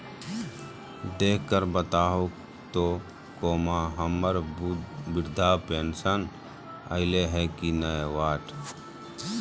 देख कर बताहो तो, हम्मर बृद्धा पेंसन आयले है की नय?